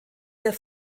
der